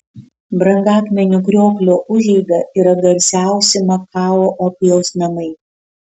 brangakmenių krioklio užeiga yra garsiausi makao opijaus namai